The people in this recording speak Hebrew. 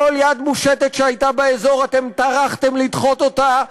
כל יד מושטת שהייתה באזור אתם טרחתם לדחות אותה,